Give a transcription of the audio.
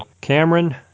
Cameron